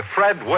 Fred